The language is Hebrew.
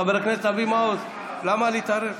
חבר הכנסת אבי מעוז, למה להתערב?